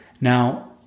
Now